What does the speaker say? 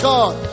God